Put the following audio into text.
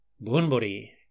Bunbury